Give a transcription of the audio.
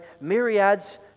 myriads